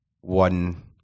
one